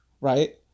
right